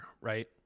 right